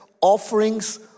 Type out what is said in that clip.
offerings